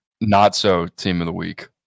not-so-team-of-the-week